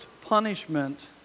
punishment